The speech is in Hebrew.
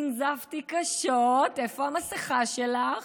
ננזפתי קשות: איפה המסכה שלך?